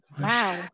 Wow